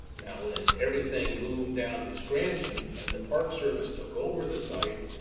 now, when everything moved down to scranton, and the park service took over the site,